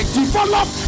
develop